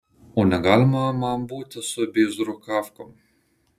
o negalima man būti su bėzrukavkom